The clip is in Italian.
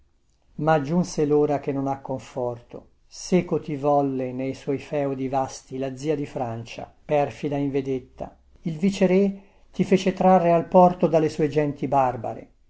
ma giunse lora che non ha conforto seco ti volle nei suoi feudi vasti la zia di francia perfida in vedetta il vicerè ti fece trarre al porto dalle sue genti barbare